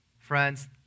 Friends